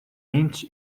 inch